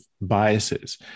biases